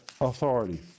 authority